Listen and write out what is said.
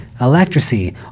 Electricity